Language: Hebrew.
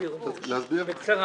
תסבירו בבקשה בקצרה.